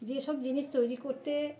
যেসব জিনিস তৈরি করতে